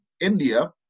India